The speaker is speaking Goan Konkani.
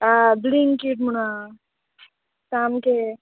आं ब्लिंकीट म्हणोन आहा सामकें